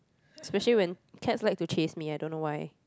especially when cats like to chase me I don't know why